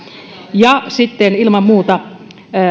ja sitten ilman muuta